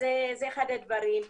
זה אחד הדברים.